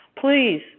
please